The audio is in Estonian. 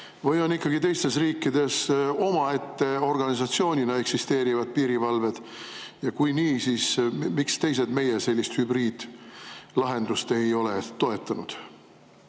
või on teistes riikides ikkagi omaette organisatsioonina eksisteeriv piirivalve? Ja kui nii, siis miks teised meie hübriidlahendust ei ole toetanud?